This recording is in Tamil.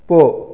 போ